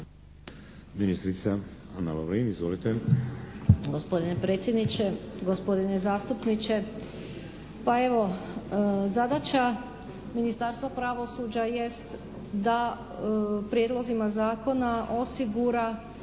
Ministrica Ana Lovrin, izvolite. **Lovrin, Ana (HDZ)** Gospodine predsjedniče, gospodine zastupniče, pa evo zadaća Ministarstva pravosuđa jest da prijedlozima zakona osigura